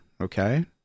Okay